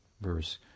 verse